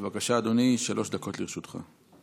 בבקשה, אדוני, שלוש דקות לרשותך.